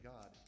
God